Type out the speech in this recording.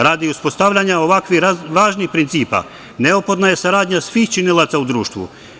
Radi uspostavljanja ovakvih važnih principa, neophodna je saradnja svih činilaca u društvu.